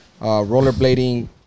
rollerblading